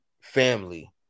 family